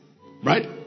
Right